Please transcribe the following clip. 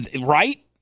right